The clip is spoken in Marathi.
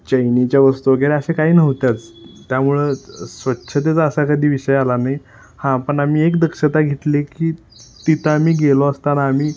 चैनीच्या वस्तू वगैरे असे काही नव्हत्याच त्यामुळं स्वच्छतेचा असा कधी विषय आला नाही हां पण आम्ही एक दक्षता घेतले की तिथं आम्ही गेलो असताना आम्ही